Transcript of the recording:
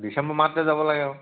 ডিচেম্বৰ মাহটোতে যাব লাগে আৰু